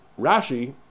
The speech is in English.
Rashi